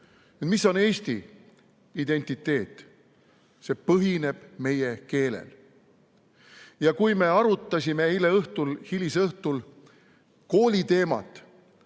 Mis on Eesti identiteet? See põhineb meie keelel. Kui me arutasime eile hilisõhtul kooliteemat,